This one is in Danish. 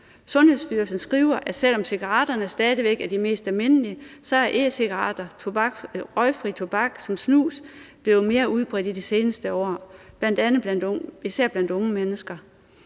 Sundhedsstyrelsen skriver, at selv om cigaretterne stadig væk er det mest almindelige, er e-cigaretter og røgfri tobak som snus blevet mere udbredt i de seneste år, især blandt unge mennesker.